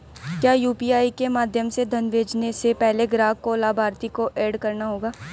क्या यू.पी.आई के माध्यम से धन भेजने से पहले ग्राहक को लाभार्थी को एड करना होगा?